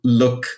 look